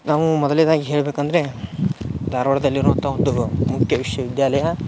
ನಾವು ಮೊದಲನೇದಾಗಿ ಹೇಳ್ಬೇಕು ಅಂದರೆ ಧಾರ್ವಾಡದಲ್ಲಿರೋ ಅಂತ ಒಂದು ಮುಖ್ಯ ವಿಶ್ವವಿದ್ಯಾಲಯ